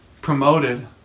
promoted